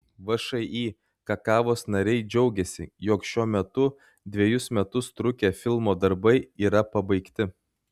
všį kakavos nariai džiaugiasi jog šiuo metu dvejus metus trukę filmo darbai yra pabaigti